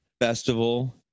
Festival